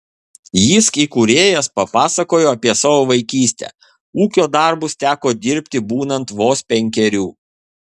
jysk įkūrėjas papasakojo apie savo vaikystę ūkio darbus teko dirbti būnant vos penkerių